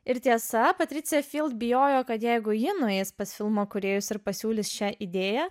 ir tiesa patricija bijojo kad jeigu ji nueis pas filmo kūrėjus ir pasiūlys šią idėją